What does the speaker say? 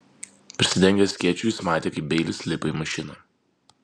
prisidengęs skėčiu jis matė kaip beilis lipa į mašiną